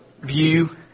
view